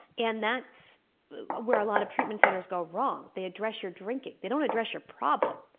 and that's where a lot of treatment centers go wrong they address your drinking. they don't address your problem.